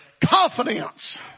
confidence